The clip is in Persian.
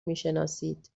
میشناسید